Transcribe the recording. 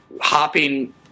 hopping